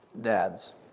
dads